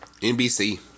NBC